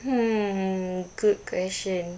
hmm good question